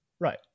right